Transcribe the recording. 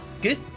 good